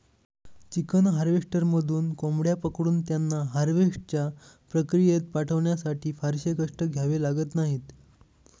chicken हार्वेस्टरमधून कोंबड्या पकडून त्यांना हार्वेस्टच्या प्रक्रियेत पाठवण्यासाठी फारसे कष्ट घ्यावे लागत नाहीत